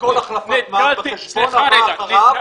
בכל החלפת מים בחשבון הבא אחריו,